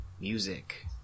music